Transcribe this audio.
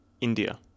India